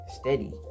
Steady